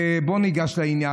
בואו ניגש לעניין.